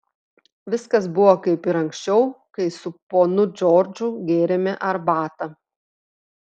viskas buvo kaip ir anksčiau kai su ponu džordžu gėrėme arbatą